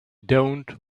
dont